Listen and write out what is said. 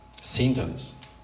sentence